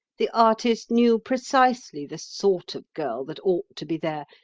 the artist knew precisely the sort of girl that ought to be there,